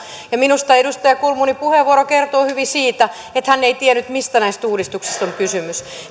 ja minusta edustaja kulmunin puheenvuoro kertoo hyvin siitä että hän ei tiennyt mistä näissä uudistuksissa on kysymys